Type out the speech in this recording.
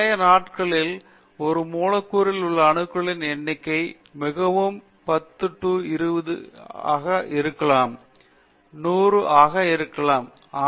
பழைய நாட்களில் ஒரு மூலக்கூறில் உள்ள அணுக்களின் எண்ணிக்கை மிகவும் சிறியது 10 20 இருக்கலாம் 100 இருக்கலாம் எனலாம்